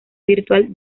virtual